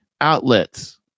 outlets